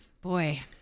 Boy